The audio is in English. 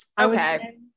okay